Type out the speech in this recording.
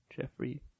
Jeffrey